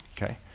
okay?